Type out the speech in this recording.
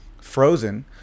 frozen